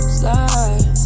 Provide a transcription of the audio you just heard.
slide